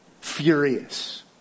furious